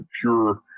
pure